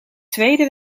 tweede